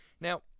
now